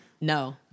No